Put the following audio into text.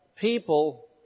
people